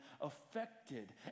affected